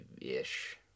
ish